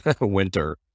winter